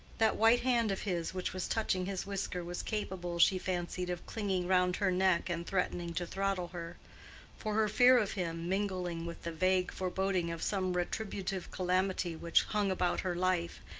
that white hand of his which was touching his whisker was capable, she fancied, of clinging round her neck and threatening to throttle her for her fear of him, mingling with the vague foreboding of some retributive calamity which hung about her life,